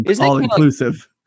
all-inclusive